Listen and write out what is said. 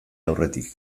aurretik